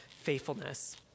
faithfulness